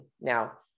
Now